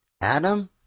Adam